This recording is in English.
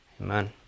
amen